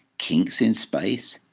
kinks in space,